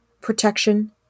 protection